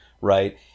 Right